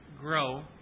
grow